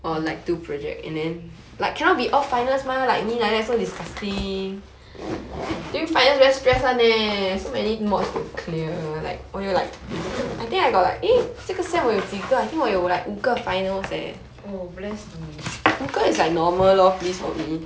mm oh bless 你